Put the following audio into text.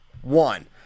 One